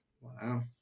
Wow